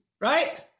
Right